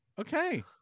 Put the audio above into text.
okay